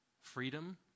freedom